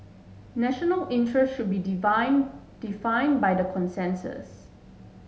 national interest should be defined by consensus